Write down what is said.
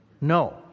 No